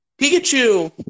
Pikachu